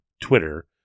Twitter